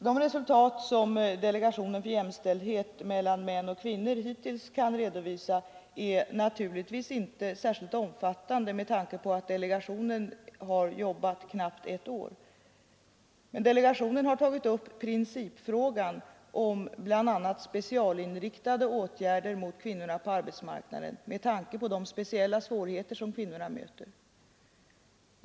De resultat som delegationen för jämställdhet mellan män och kvinnor hittills kan redovisa är naturligtvis inte särskilt omfattande med tanke på att delegationen har jobbat knappt ett år. Delegationen har tagit upp principfrågan om bl.a. specialinriktade åtgärder mot kvinnorna på arbetsmarknaden med tanke på de speciella svårigheter som kvinnorna möter.